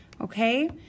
Okay